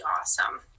awesome